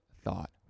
thought